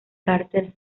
carter